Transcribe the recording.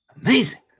amazing